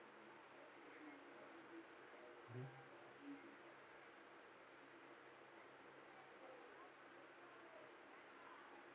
mmhmm